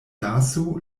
lasu